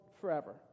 forever